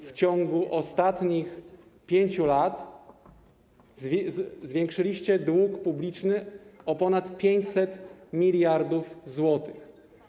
W ciągu ostatnich 5 lat zwiększyliście dług publiczny o ponad 500 mld zł.